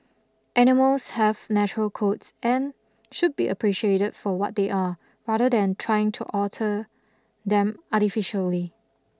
animals have natural coats and should be appreciated for what they are rather than trying to alter them artificially